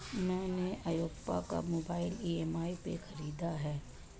मैने ओप्पो का mobile EMI पे खरीदा है